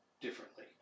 differently